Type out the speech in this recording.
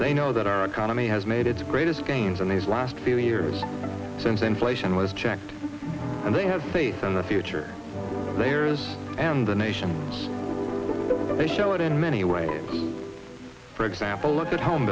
they know that our economy has made its greatest gains in these last few years since inflation was checked and they have faith in the future theirs and the nations they show it in many ways for example look at home